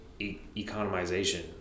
economization